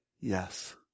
yes